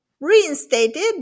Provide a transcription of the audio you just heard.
reinstated